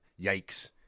yikes